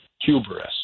hubris